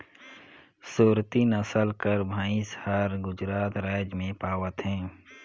सुरती नसल कर भंइस हर गुजरात राएज में पवाथे